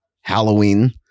Halloween